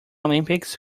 olympics